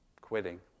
quitting